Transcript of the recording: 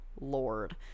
lord